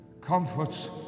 Comforts